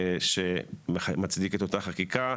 שמצדיק את אותה חקיקה.